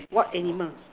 what animal